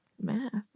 Math